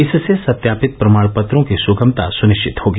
इससे सत्यापित प्रमाण पत्रों की सुगमता सुनिश्चित होगी